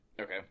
Okay